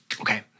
Okay